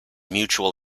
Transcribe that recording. mutual